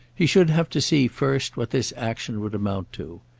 he should have to see first what this action would amount to.